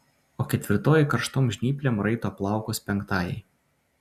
o ketvirtoji karštom žnyplėm raito plaukus penktajai